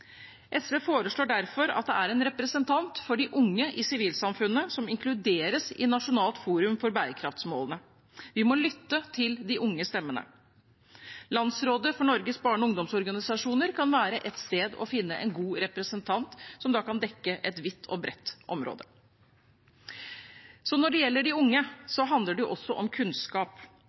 SV foreslår derfor at en representant for de unge i sivilsamfunnet inkluderes i det nasjonale forumet for bærekraftsmålene. Vi må lytte til de unge stemmene. Landsrådet for Norges barne- og ungdomsorganisasjoner kan være et sted å finne en god representant, som da kan dekke et vidt og bredt område. Når det gjelder de unge, handler det også om kunnskap.